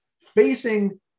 Facing